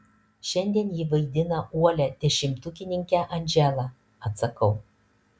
šiandien ji vaidina uolią dešimtukininkę andželą atsakau